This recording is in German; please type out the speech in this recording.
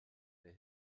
der